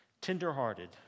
Tenderhearted